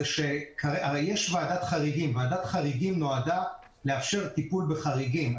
הרי יש ועדת חריגים, שנועדה לאפשר טיפול בחריגים.